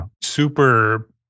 super